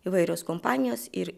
įvairios kompanijos ir